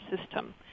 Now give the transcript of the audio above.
system